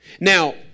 Now